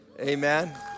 Amen